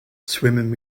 swimming